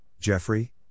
Jeffrey